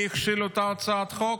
מי הכשיל את אותה הצעת חוק?